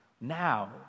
Now